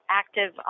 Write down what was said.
active